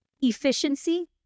efficiency